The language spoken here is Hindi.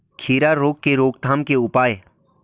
खीरा रोग के रोकथाम के उपाय?